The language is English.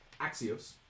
Axios